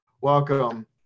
welcome